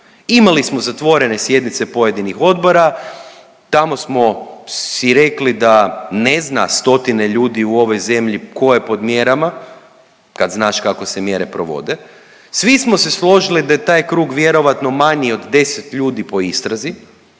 Imali smo zatvorene sjednice pojedinih odbora, tamo smo si rekli da ne zna stotine ljudi u ovoj zemlji tko je pod mjerama, kad znaš kako se mjere provode, svi smo se složili da je taj krug vjerojatno manji od 10 ljudi po istrazi,